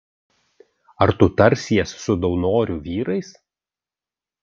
ar tu tarsies su daunorių vyrais